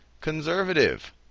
conservative